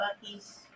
Bucky's